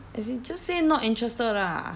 as in just say not interested lah